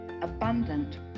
abundant